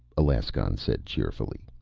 alaskon said cheerfully.